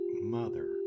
mother